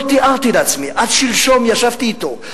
לא תיארתי לעצמי, עד שלשום, כשישבתי אתו.